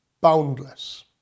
boundless